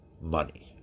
money